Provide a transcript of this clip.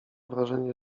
wrażenie